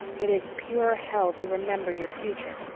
it is pure hell to remember your future,